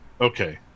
Okay